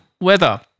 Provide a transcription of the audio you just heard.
weather